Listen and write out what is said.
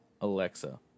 Alexa